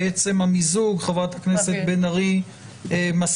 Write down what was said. בעצם המיזוג חברת הכנסת בן ארי מסכימה